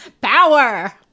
Power